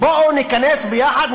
בואו ניכנס ביחד,